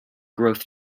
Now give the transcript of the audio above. growth